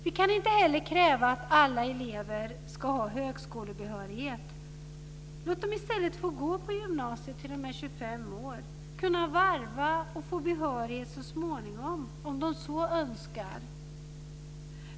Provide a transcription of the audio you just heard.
Vi kan inte heller kräva att alla elever ska ha högskolebehörighet. Låt dem i stället få gå på gymnasiet tills de är 25 år, kunna varva och få behörighet så småningom om de så önskar.